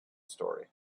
story